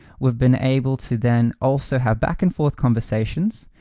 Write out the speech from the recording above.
we've been able to then also have back and forth conversations,